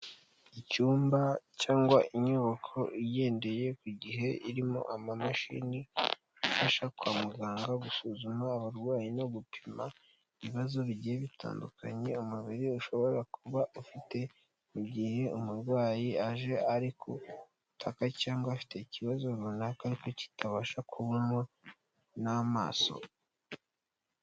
Icyumba cyangwa inyubako igendeye ku gihe, irimo amamashini afasha kwa muganga gusuzuma abarwayi no gupima, ibibazo bigiye bitandukanye umubiri ushobora kuba ufite mu gihe umurwayi aje ari gutaka cyangwa afite ikibazo runaka ariko kitabasha kubonwa n'amaso.